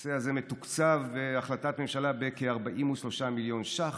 הנושא הזה מתוקצב בהחלטת ממשלה בכ-43 מיליון שקלים.